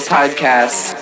podcast